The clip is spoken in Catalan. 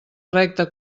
recta